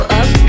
up